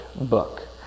book